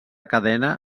cadena